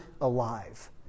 alive